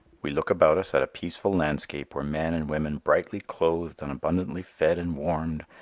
we look about us at a peaceful landscape where men and women brightly clothed and abundantly fed and warmed,